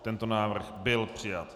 Tento návrh byl přijat.